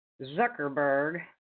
Zuckerberg